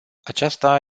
aceasta